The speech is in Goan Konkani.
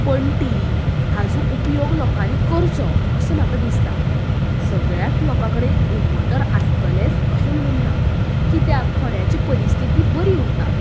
पण्टी हाजो उपयोग लोकांनी करचो असो म्हाका दिसता सगळ्यात लोकां कडेन इन्वर्टर आसतलेच अशें म्हुणून ना कित्याक थोड्याची परिस्थिती बरी उरता